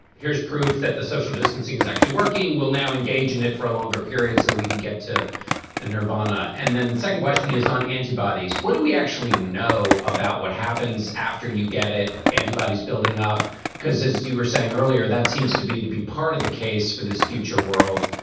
here's proof that the social distancing is actually working, will now engage in it for a longer period so that we can get to and nirvana. and then the second question is on antibodies. what do we actually know about what happens after you get it? antibodies building up because as you were saying earlier, that seems to be to be part of the case for this future world.